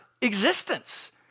existence